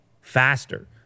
faster